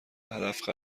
هدف